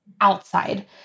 outside